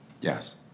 Yes